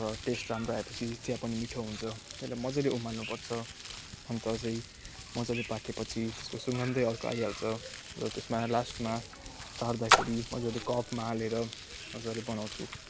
र टेस्ट राम्रो आयोपछि चिया पनि मिठो हुन्छ त्यसलाई मजाले उमाल्नुपर्छ अन्त चाहिँ मजाले पाक्योपछि त्यसको सुगन्धै अर्को आइहाल्छ र त्यसमा लास्टमा तार्दाखेरि मजाले कपमा हालेर मजाले बनाउँछु